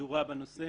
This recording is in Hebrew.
בנושא